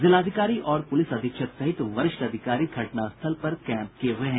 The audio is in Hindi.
जिलाधिकारी और पूलिस अधीक्षक सहित वरिष्ठ अधिकारी घटनास्थल पर कैंप किये हुए हैं